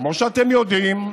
כמו שאתם יודעים,